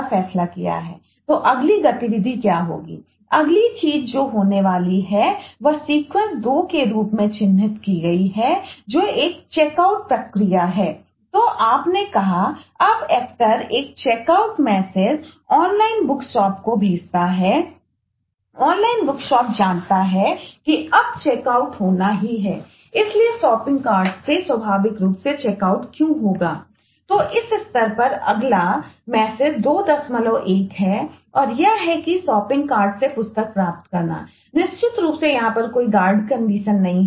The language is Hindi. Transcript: फाइंड बुक मैसेज प्रक्रिया है